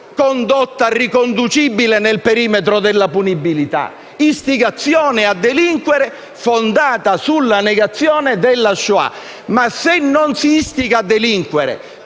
condotta riconducibile nel perimetro della punibilità: istigazione a delinquere fondata sulla negazione della Shoah. Ma se non si istiga a delinquere,